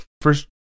first